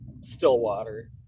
Stillwater